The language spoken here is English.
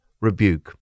rebuke